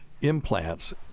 implants